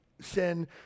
sin